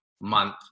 month